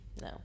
no